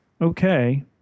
okay